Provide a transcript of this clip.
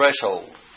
threshold